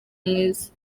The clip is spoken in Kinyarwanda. mwiza